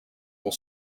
will